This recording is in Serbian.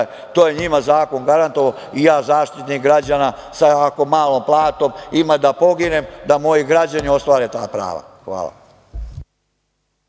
to je njima zakon garantovao, i ja Zaštitnik građana sa ovako malom platom, ima da poginem da moji građani ostvare ta prava. Hvala.